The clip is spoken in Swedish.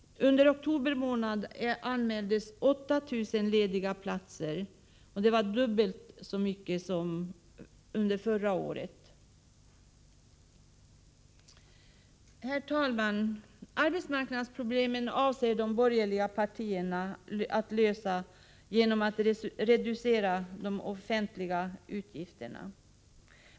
Under oktober månad anmäldes 8 000 lediga platser. Det var dubbelt så mycket som under motsvarande tid förra året. Herr talman! De borgerliga partierna avser att lösa arbetsmarknadsproblemen genom att reducera de offentliga utgifterna.